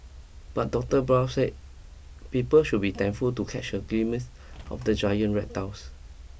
but Doctor Barr said people should be thankful to catch a glimpse of the giant reptiles